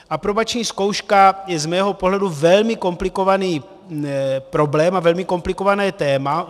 Aprobační zkouška je z mého pohledu velmi komplikovaný problém a velmi komplikované téma.